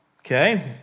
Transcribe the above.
Okay